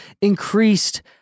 increased